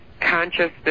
consciousness